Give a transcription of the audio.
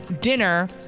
dinner